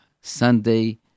Sunday